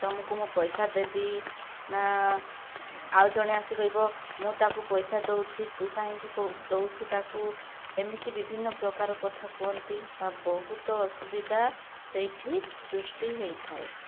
ତୁମକୁ ମୁଁ ପଇସା ଦେବି ନାଁ ଆଉ ଜଣେ ଆସି କହିବ ମୁଁ ତାକୁ ପଇସା ଦଉଛି ତୁ କାହିଁକି ଦଉଛୁ ତାକୁ ଏମିତି ବିଭିନ୍ନ ପ୍ରକାର କଥା କୁହନ୍ତି ବା ବହୁତ ଅସୁବିଧା ସେଇଠି ସୃଷ୍ଟି ହେଇଥାଏ